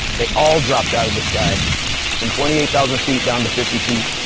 they all dropped out of the sky from twenty eight thousand feet down to fifty feet.